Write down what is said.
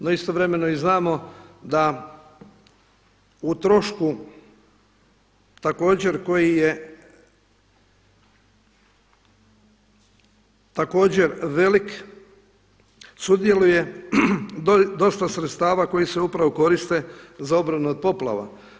No, istovremeno i znamo da u trošku također koji je također velik sudjeluje dosta sredstava koji se upravo koriste za obranu od poplava.